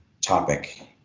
topic